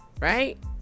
Right